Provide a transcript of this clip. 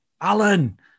Alan